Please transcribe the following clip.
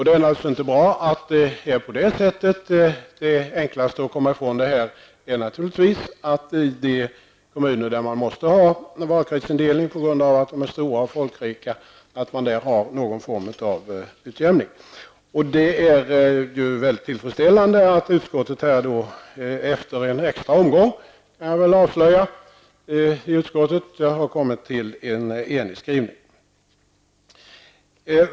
Det är naturligtvis inte bra att sådant förekommer, och det enklaste sättet att komma ifrån detta är att man i de kommuner där man måste ha valkretsindelning, på grund av att de är stora och folkrika, har någon form av utjämning. Det är mycket tillfredsställande att utskottet efter en extra omgång -- det kan jag avslöja -- har kommit fram till en enig skrivning.